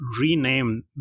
rename